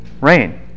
rain